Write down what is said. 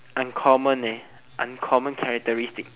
uncommon eh uncommon characteristics